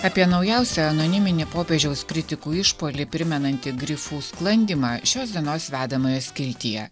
apie naujausią anoniminį popiežiaus kritikų išpuolį primenantį grifų sklandymą šios dienos vedamojo skiltyje